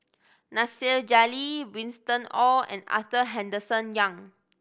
Nasir Jalil Winston Oh and Arthur Henderson Young